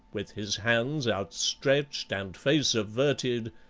with his hands outstretched and face averted,